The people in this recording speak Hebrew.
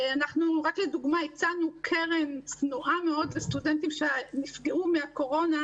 לדוגמה הצענו קרן צנועה מאוד לסטודנטים שנפגעו מן הקורונה